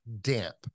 damp